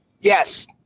Yes